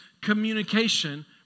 communication